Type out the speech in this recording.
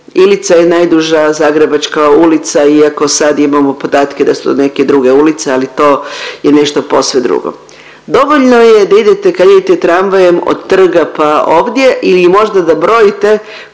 Ilica je najduža zagrebačka ulica, iako sad imamo podatke da su neke druge ulice, ali to je nešto posve drugo, dovoljno je da idete kad idete tramvajem od trga pa ovdje ili možda da brojite